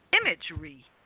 imagery